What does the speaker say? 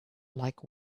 like